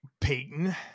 Peyton